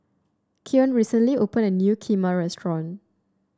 Keon recently opened a new Kheema restaurant